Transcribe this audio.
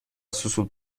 سوسول